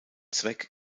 zweck